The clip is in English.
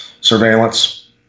surveillance